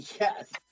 Yes